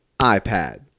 iPad